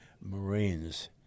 Marines